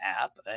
app